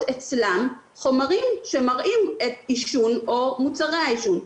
אצלם חומרים שמראים עישון או את מוצרי העישון.